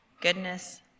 goodness